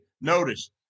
notice